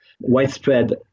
widespread